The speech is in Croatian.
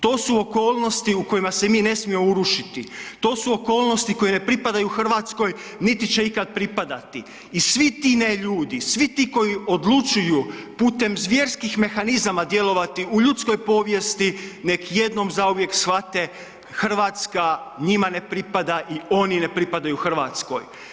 To su okolnosti u kojima se mi ne smijemo urušiti, to su okolnosti koje ne pripadaju Hrvatskoj niti će ikad pripadati i svi ti neljudi, svi ti koji odlučuju putem zvjerskih mehanizama djelovati u ljudskoj povijesti, nek jednom zauvijek shvate, Hrvatska njima ne pripada i oni ne pripadaju Hrvatskoj.